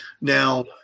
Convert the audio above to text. Now